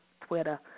Twitter